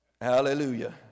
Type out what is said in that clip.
Hallelujah